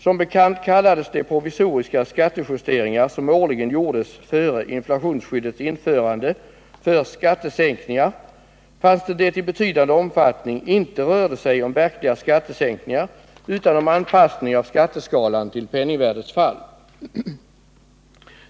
Som bekant kallades de provisoriska skattejusteringar som årligen gjordes före inflationsskyddets införande för skattesänkningar, fastän det i betydande omfattning inte rörde sig om verkliga skattesänkningar utan om en anpassning av skatteskalan till penningvärdets fall.